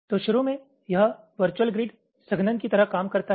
तो शुरू में यह वर्चुअल ग्रिड संघनन की तरह काम करता है